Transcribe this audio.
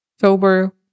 Sober